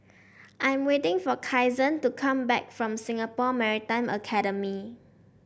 I'm waiting for Kyson to come back from Singapore Maritime Academy